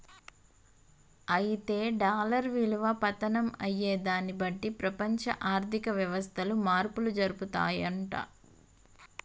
అయితే డాలర్ విలువ పతనం అయ్యేదాన్ని బట్టి ప్రపంచ ఆర్థిక వ్యవస్థలు మార్పులు జరుపుతాయంట